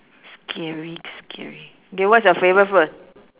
scary scary okay what's your favourite food